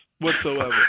whatsoever